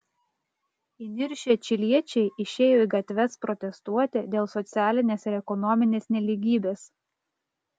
įniršę čiliečiai išėjo į gatves protestuoti dėl socialinės ir ekonominės nelygybės